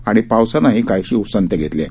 आणि पावसानंही काहीशी उसंत घेतली आहे